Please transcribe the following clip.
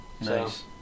nice